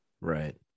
Right